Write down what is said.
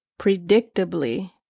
predictably